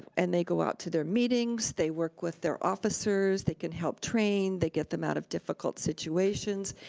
and they go out to their meetings, they work with their officers, they can help train, they get them out of difficult situations,